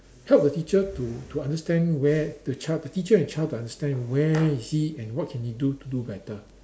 help the teacher to to understand where the child the teacher and child to understand where is he and what he can do to do better